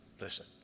listen